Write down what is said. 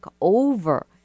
over